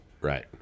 Right